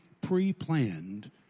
pre-planned